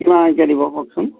কিমানকে দিব কওকচোন